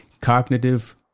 cognitive